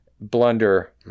blunder